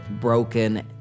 broken